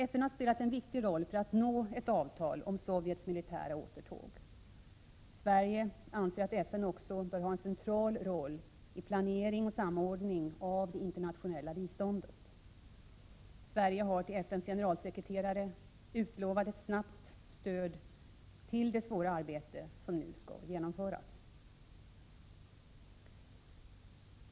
FN har spelat en viktig roll för att nå ett avtal om Sovjets militära återtåg. Sverige anser att FN också bör ha en central roll i planering och samordning av det internationella biståndet. Sverige har till FN:s generalsekreterare utlovat ett snabbt stöd till det svåra arbete som nu skall utföras.